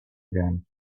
again